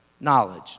knowledge